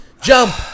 jump